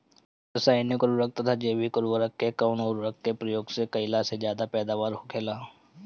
रसायनिक उर्वरक तथा जैविक उर्वरक में कउन उर्वरक के उपयोग कइला से पैदावार ज्यादा होखेला?